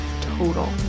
total